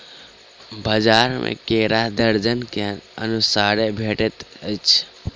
बजार में केरा दर्जन के अनुसारे भेटइत अछि